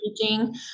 teaching